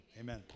Amen